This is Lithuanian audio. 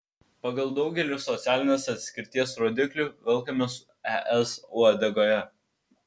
pagal daugelį socialinės atskirties rodiklių velkamės es uodegoje